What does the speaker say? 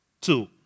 two